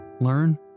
learn